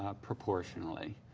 ah proportionally.